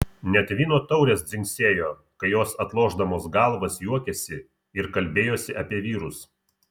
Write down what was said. net vyno taurės dzingsėjo kai jos atlošdamos galvas juokėsi ir kalbėjosi apie vyrus